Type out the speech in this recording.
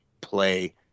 play